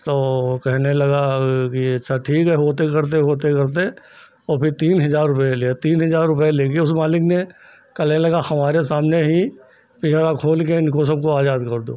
तो कहने लगा यह यह सब ठीक है होते करते होते करते और फिर तीन हज़ार रुपये मिले तीन हज़ार रुपये लेकर उस मालिक ने कहने लगा हमारे सामने ही पिंजड़ा खोल करके इन सबको आज़ाद कर दो